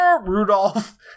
rudolph